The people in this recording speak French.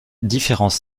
différents